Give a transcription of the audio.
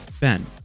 Ben